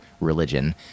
religion